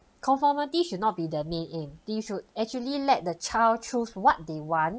conformity should not be the main aim they should actually let the child choose what they want